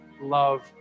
love